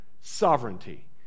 sovereignty